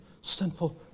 sinful